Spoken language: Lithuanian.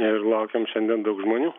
ir laukiam šiandien daug žmonių